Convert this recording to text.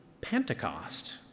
Pentecost